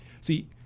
See